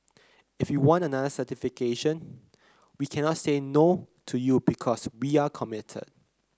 if you want another certification we cannot say no to you because we're committed